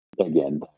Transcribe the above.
again